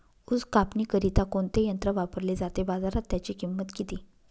ऊस कापणीकरिता कोणते यंत्र वापरले जाते? बाजारात त्याची किंमत किती?